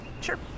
Sure